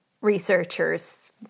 researchers